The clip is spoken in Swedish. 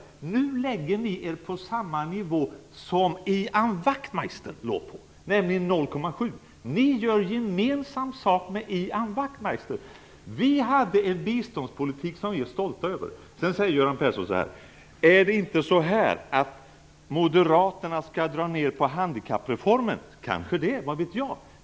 Socialdemokraterna lägger sig nu på samma nivå som Ian Wachtmeister låg på, nämligen 0,7 %. Ni gör gemensam sak med Ian Wachtmeister! Vi hade en biståndspolitik som vi är stolta över. Sedan säger Göran Persson så här: Är det inte så att moderaterna vill dra ned på handikappreformen? Kanske det, vad vet jag?